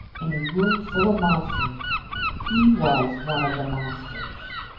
in a room full of monsters he was one of the monsters